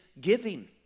giving